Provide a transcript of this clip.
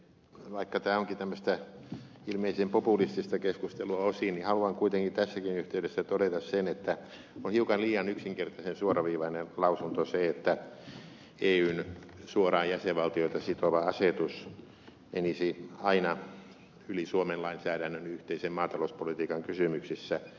vaikka tämä onkin tämmöistä ilmeisen populistista keskustelua osin haluan kuitenkin tässäkin yhteydessä todeta sen että on hiukan liian yksinkertaisen suoraviivainen lausunto se että eyn suoraan jäsenvaltioita sitova asetus menisi aina yli suomen lainsäädännön yhteisen maatalouspolitiikan kysymyksissä